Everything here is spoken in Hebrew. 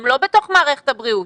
הם לא בתוך מערכת הבריאות,